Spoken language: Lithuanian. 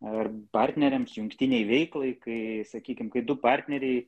ar partneriams jungtinei veiklai kai sakykim kai du partneriai